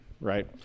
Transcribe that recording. right